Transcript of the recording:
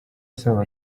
asaba